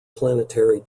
planetary